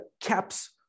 caps